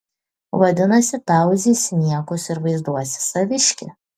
vadinasi tauzysi niekus ir vaizduosi saviškį